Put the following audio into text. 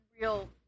real